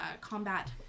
combat